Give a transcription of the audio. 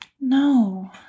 No